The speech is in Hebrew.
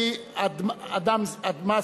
אללי אדמסו.